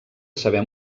saber